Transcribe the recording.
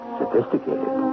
sophisticated